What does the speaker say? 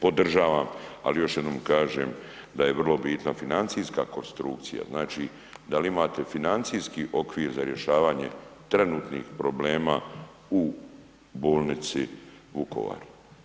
Podržavam, ali još jednom kažem da je vrlo bitna financijska konstrukcija, znači da li imate financijski okvir za rješavanje trenutnih problema u bolnici Vukovar?